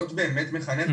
להיות באמת מחנך.